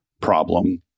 problem